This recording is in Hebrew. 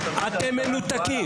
אתם מנותקים.